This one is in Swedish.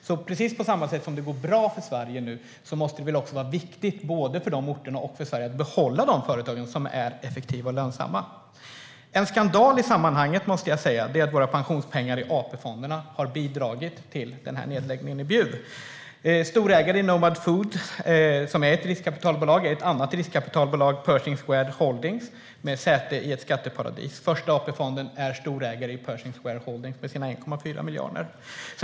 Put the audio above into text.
När det nu går bra för Sverige måste det väl vara viktigt både för de orterna och för Sverige att behålla de företag som är effektiva och lönsamma. En skandal i sammanhanget måste jag säga är att våra pensionspengar i AP-fonderna har bidragit till nedläggningen i Bjuv. Storägare är Nomad Foods, som är ett riskkapitalbolag, och en annan är riskkapitalbolaget Pershing Square Holdings med säte i ett skatteparadis. Första AP-fonden är storägare i Pershing Square Holdings med sina 1,4 miljarder.